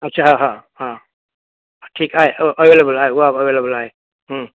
अच्छा हा हा हा ठीकु आहे उहो अवेलेबल आहे उहा बि अवेलेबल आहे